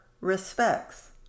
respects